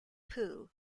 pooh